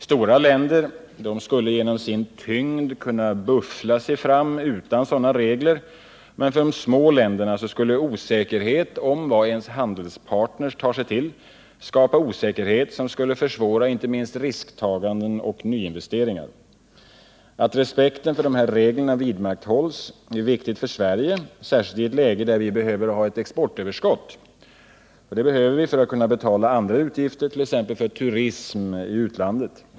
Stora länder skulle genom sin tyngd kunna buffla sig fram utan sådana regler, men för de små länderna skulle osäkerheten om vad en handelspartner tar sig till skapa en otrygghet som skulle försvåra risktagande och nyinvesteringar. Att respekten för de här reglerna vidmakthålls är viktigt för Sverige, särskilt i ett läge där vi behöver ha ett exportöverskott. Och det behöver vi för att kunna betala andra utgifter, t.ex. turism i utlandet.